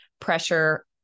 pressure